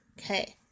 Okay